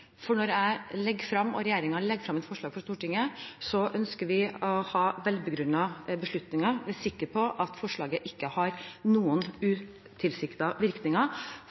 og regjeringen legger frem et forslag for Stortinget, ønsker vi å ha velbegrunnede beslutninger og være sikre på at forslaget ikke har noen utilsiktede virkninger